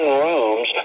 rooms